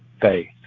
faith